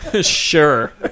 Sure